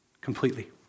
Completely